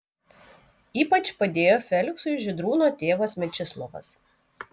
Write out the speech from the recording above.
ypač padėjo feliksui žydrūno tėvas mečislovas